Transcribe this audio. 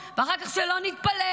זה קיים --- ואחר כך שלא נתפלא,